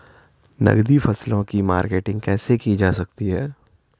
नकदी फसलों की मार्केटिंग कैसे की जा सकती है?